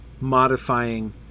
modifying